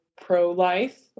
pro-life